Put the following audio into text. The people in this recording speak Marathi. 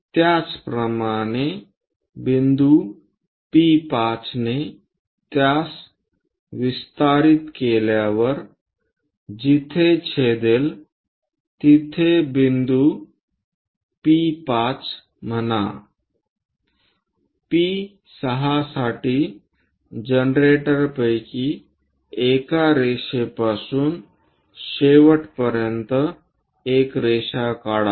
त्याचप्रमाणे बिंदू P5 ने त्यास विस्तारित केल्यावर जिथे छेदेल तिथे बिंदू P5 म्हणा P6 साठी जनरेटरपैकी एका रेषेपासून शेवटपर्यंत एक रेषा काढा